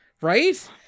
Right